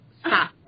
stop